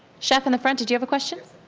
chef in the front, did you have a question?